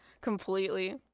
completely